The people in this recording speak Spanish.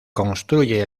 construye